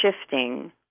shifting